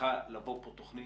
צריכה לבוא פה תוכנית